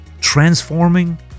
transforming